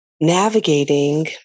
navigating